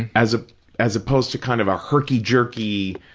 and as ah as opposed to kind of a hurky-jerky,